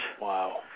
Wow